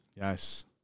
Yes